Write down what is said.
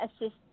assist